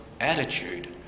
attitude